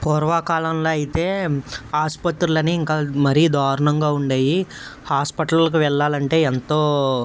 పూర్వ కాలంలో అయితే ఆసుపత్రులని ఇంకా మరీ దారుణంగా ఉండేవి హాస్పిటల్కి వెళ్ళాలంటే ఎంతో